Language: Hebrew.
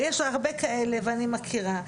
ויש הרבה כאלה, ואני מכירה.